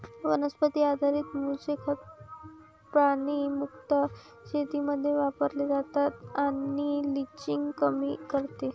वनस्पती आधारित मूळचे खत प्राणी मुक्त शेतीमध्ये वापरले जाते आणि लिचिंग कमी करते